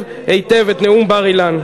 את נאום בר-אילן,